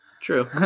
True